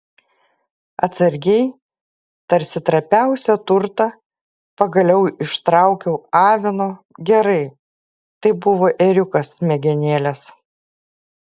atsargiai tarsi trapiausią turtą pagaliau ištraukiau avino gerai tai buvo ėriukas smegenėles